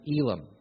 Elam